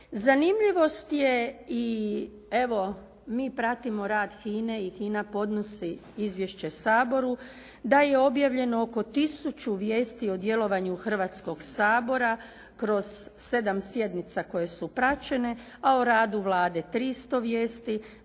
Zanimljivost je i evo mi pratimo rad HINA-e i HINA podnosi izvješće Saboru da je objavljeno oko tisuću vijesti o djelovanju Hrvatskoga sabora kroz sedam sjednica koje su praćene a o radu Vlade 300 vijesti.